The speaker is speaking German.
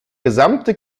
gesamte